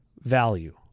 value